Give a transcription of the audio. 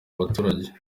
baturage